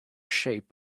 shape